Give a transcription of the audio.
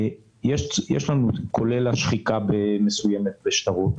כולל שחיקה מסוימת בשטרות,